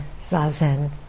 zazen